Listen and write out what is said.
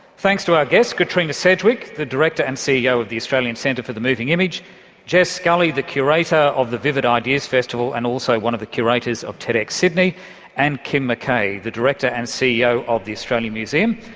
thanks to our guests, katrina sedgwick, the director and ceo of the australian centre for the moving image jess scully, the curator of the vivid ideas festival, and also one of the curators of tedxsydney and kim mckay, the director and ceo of the australian museum.